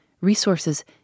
resources